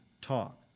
talk